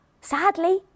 Sadly